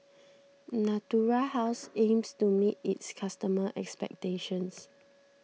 Natura House aims to meet its customers' expectations